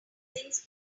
things